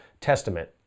testament